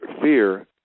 fear